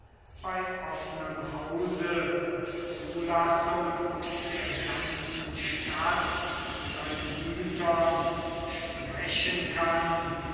bei offnem hause und zulassung der ganzen stadt zu seinen gütern sprechen kann